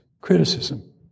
criticism